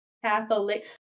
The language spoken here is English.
Catholic